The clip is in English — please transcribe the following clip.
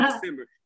December